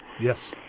Yes